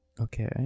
Okay